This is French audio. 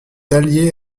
allié